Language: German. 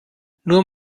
nur